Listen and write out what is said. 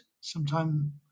sometime